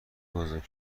بزرگ